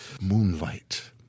moonlight